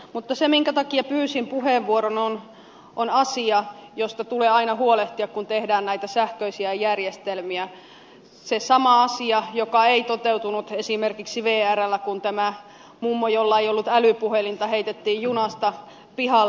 mutta se minkä takia pyysin puheenvuoron on asia josta tulee aina huolehtia kun tehdään näitä sähköisiä järjestelmiä se sama asia joka ei toteutunut esimerkiksi vrllä kun tämä mummo jolla ei ollut älypuhelinta heitettiin junasta pihalle